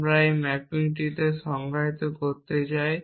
আমরা এই ম্যাপিংটিকে সংজ্ঞায়িত করতে চাই